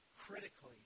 critically